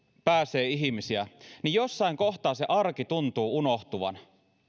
pääsee ihmisiä niin jossain kohtaa se arki tuntuu unohtuvan